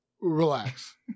Relax